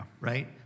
right